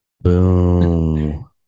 Boom